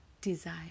desire